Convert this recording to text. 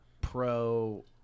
pro